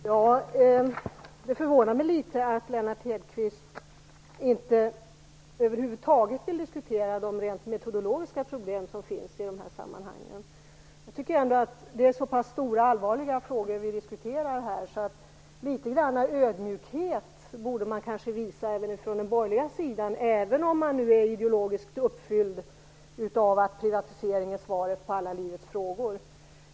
Herr talman! Det förvånar mig att Lennart Hedquist inte över huvud taget vill diskutera de rent metodologiska problem som finns i de här sammanhangen. Det är så stora och allvarliga frågor som vi här diskuterar att man kanske även från den borgerliga sidan borde visa litet ödmjukhet, även om man är ideologiskt uppfylld av övertygelsen att privatisering är svaret på alla livets frågor.